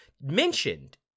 mentioned